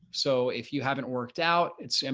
so if you haven't worked out, it's and